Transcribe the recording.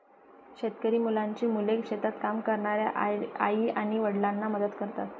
शेतकरी मुलांची मुले शेतात काम करणाऱ्या आई आणि वडिलांना मदत करतात